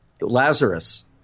Lazarus